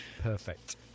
perfect